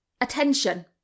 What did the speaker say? Attention